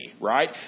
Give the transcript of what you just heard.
right